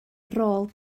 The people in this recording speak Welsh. rôl